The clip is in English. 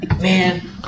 man